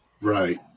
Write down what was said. Right